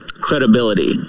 credibility